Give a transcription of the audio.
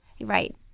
Right